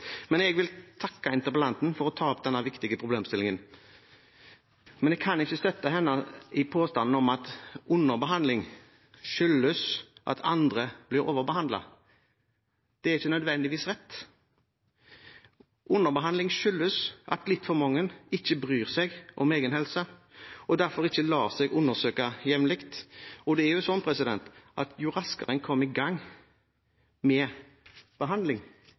Jeg vil takke interpellanten for å ta opp denne viktige problemstillingen, men jeg kan ikke støtte henne i påstanden om at underbehandling skyldes at andre blir overbehandlet. Det er ikke nødvendigvis rett. Underbehandling skyldes at litt for mange ikke bryr seg om egen helse og derfor ikke lar seg undersøke jevnlig. Det er jo sånn at jo raskere en kommer i gang med behandling,